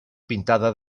pintada